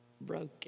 broken